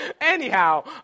Anyhow